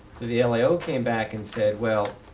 the the lao came back and said, well,